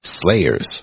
Slayers